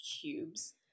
cubes